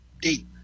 deep